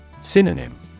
Synonym